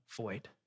void